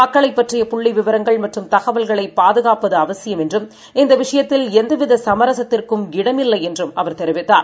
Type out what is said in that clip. மக்களைப்பற்றியபுள்ளிவிவரங்கள்மற்றும்தகவல்களை பாதுகாப்பதுஅவசியம்என்றும் இந்தவிஷயத்தில்எந்தவிதசமரசத்திற்கும்இடம்அளிக்க முடியாதுஎன்றும்அவர்தெரிவித்தார்